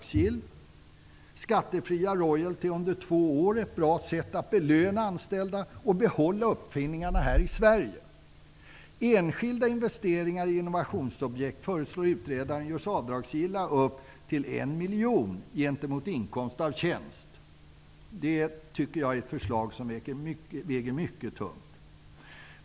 Skattefria royaltyer under två år är ett bra sätt att belöna anställda och behålla uppfinningarna här i Sverige. Enskilda investeringar i innovationsobjekt föreslår utredaren görs avdragsgilla upp till en miljon gentemot inkomst av tjänst. Det tycker jag är ett förslag som väger mycket tungt.